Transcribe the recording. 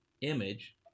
image